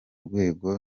rwego